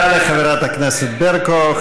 תודה לחברת הכנסת ברקו.